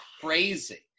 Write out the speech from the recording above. crazy